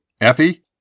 Effie